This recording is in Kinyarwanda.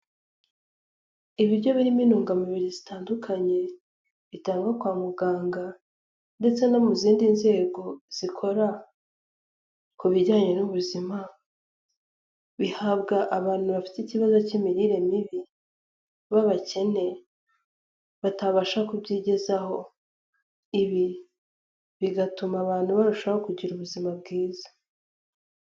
Ibiryo birimo intungamubiri zitandukanye bitangwa kwa muganga ndetse no mu zindi nzego zikora ku bijyanye n'ubuzima bihabwa abantu bafite ikibazo cy'imirire mibi b'abakene batabasha kubyigezaho, ibi bigatuma abantu barushaho kugira ubuzima bwiza.